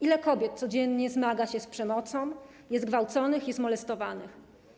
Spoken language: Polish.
Ile kobiet codziennie zmaga się z przemocą, jest gwałconych, jest molestowanych?